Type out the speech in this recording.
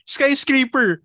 Skyscraper